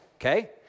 okay